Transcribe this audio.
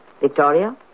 Victoria